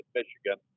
Michigan